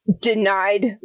denied